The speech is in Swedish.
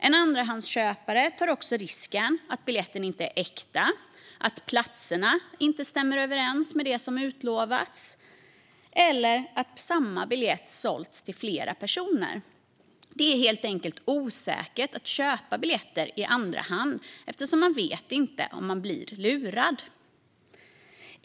En andrahandsköpare tar också risken att biljetten inte är äkta, att platserna inte stämmer överens med vad som utlovats eller att samma biljett sålts till flera personer. Det känns helt enkelt osäkert att köpa biljetter i andra hand, eftersom man inte vet om man blir lurad.